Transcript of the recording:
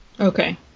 Okay